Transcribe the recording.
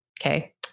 Okay